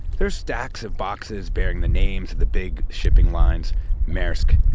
there's stacks of boxes bearing the names of the big shipping lines maersk,